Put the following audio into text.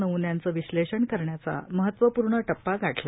नमून्याचे विश्लेषण करण्याचा महत्वपूर्ण टप्पा गाठला